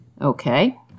Okay